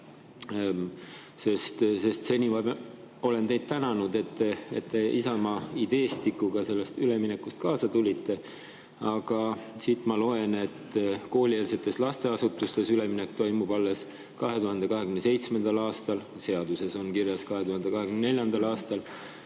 Seni olen teid tänanud, et te Isamaa ideestikuga selle ülemineku kohta kaasa tulite, aga siit ma loen, et koolieelsetes lasteasutustes toimub üleminek alles 2027. aastal, kuigi seaduses on kirjas 2024. aasta,